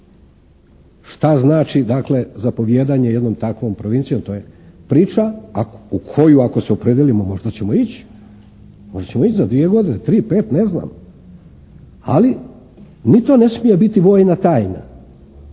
Što znači dakle zapovijedanje jednom takvom provincijom. To je priča u koju ako se opredijelimo možda ćemo ići za dvije godine, tri, pet. Ne znam. Ali, ni to ne smije biti vojna tajna.